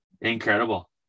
Incredible